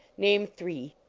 name three.